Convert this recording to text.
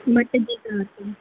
मटिजी थो अचे